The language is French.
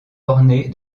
ornée